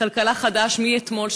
כלכלה חדש מאתמול,